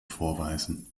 vorweisen